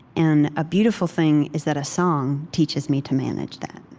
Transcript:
and a beautiful thing is that a song teaches me to manage that